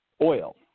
oil